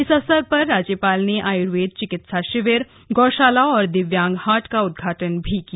इस अवसर पर राज्यपाल ने आयुर्वेद चिकित्सा शिविर गौशाला और दिव्यांग हाट का उद्घाटन भी किया